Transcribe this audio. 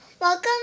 Welcome